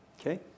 Okay